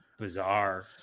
bizarre